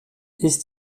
ist